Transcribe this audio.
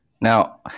Now